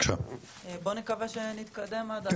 בוא נקווה שנתקדם עד אז.